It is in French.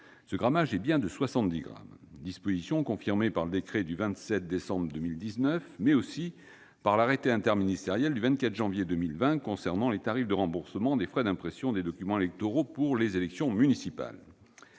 Ce grammage est bien de 70 grammes. La disposition est confirmée par le décret du 27 décembre 2019, mais aussi par l'arrêté interministériel du 24 janvier 2020 concernant les tarifs de remboursement des frais d'impression des documents électoraux pour les élections municipales.